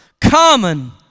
common